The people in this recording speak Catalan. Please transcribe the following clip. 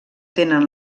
tenen